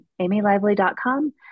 amylively.com